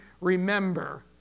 Remember